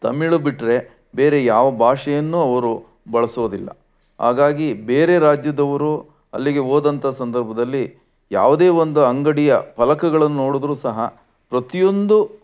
ತಮಿಳ್ ಬಿಟ್ಟರೆ ಬೇರೆ ಯಾವ ಭಾಷೆಯನ್ನೂ ಅವರು ಬಳಸೋದಿಲ್ಲ ಹಾಗಾಗಿ ಬೇರೆ ರಾಜ್ಯದವರು ಅಲ್ಲಿಗೆ ಹೋದಂಥ ಸಂದರ್ಭದಲ್ಲಿ ಯಾವುದೇ ಒಂದು ಅಂಗಡಿಯ ಫಲಕಗಳನ್ನು ನೋಡಿದ್ರು ಸಹ ಪ್ರತಿಯೊಂದು